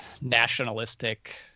nationalistic